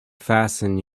fasten